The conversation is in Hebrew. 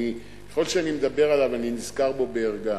ככל שאני מדבר עליו אני נזכר בו בערגה,